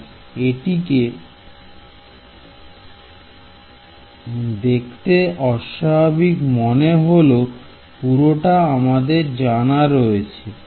তাই এটাকে দেখতে অস্বাভাবিক মনে হলেও পুরোটা আমাদের জানা রয়েছে